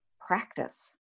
practice